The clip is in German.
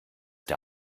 der